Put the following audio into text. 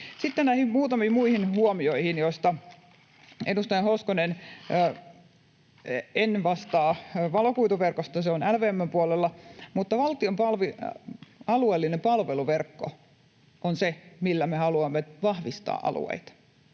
Sitten näihin muutamiin muihin huomioihin: Edustaja Hoskonen, en vastaa valokuituverkosta, se on LVM:n puolella, mutta valtion alueellinen palveluverkko on se, millä me haluamme vahvistaa alueita.